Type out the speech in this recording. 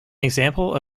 example